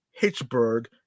Hitchburg